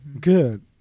Good